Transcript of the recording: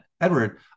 Edward